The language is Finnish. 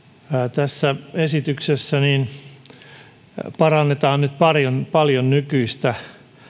tässä esityksessä parannetaan nyt paljon nykyistä